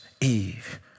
Eve